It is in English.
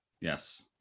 Yes